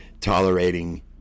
tolerating